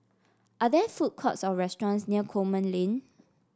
are there food courts or restaurants near Coleman Lane